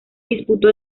disputó